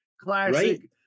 Classic